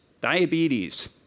diabetes